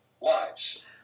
lives